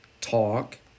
talk